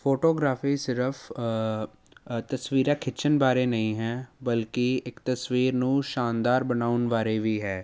photography ਸਿਰਫ ਤਸਵੀਰਾਂ ਖਿੱਚਣ ਬਾਰੇ ਨਹੀਂ ਹੈ ਬਲਕਿ ਇੱਕ ਤਸਵੀਰ ਨੂੰ ਸ਼ਾਨਦਾਰ ਬਣਾਉਣ ਬਾਰੇ ਵੀ ਹੈ